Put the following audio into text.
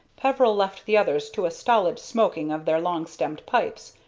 peveril left the others to a stolid smoking of their long-stemmed pipes,